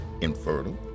infertile